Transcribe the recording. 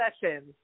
sessions